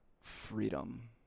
freedom